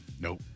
Nope